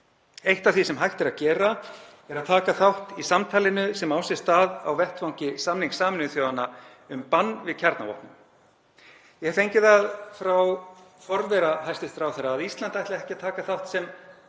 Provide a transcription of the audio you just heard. Eitt af því sem hægt er að gera er að taka þátt í samtalinu sem á sér stað á vettvangi samnings Sameinuðu þjóðanna um bann við kjarnavopnum. Ég hef fengið það frá forvera hæstv. ráðherra að Ísland ætli ekki að taka þátt sem